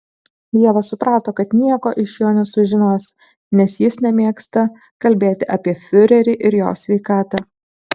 ieva suprato kad nieko iš jo nesužinos nes jis nemėgsta kalbėti apie fiurerį ir jo sveikatą